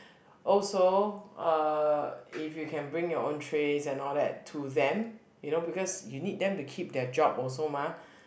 also uh if you can bring your own trays and all that to them you know because you need them to keep their job also mah